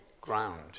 ground